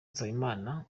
nsabimana